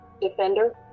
defender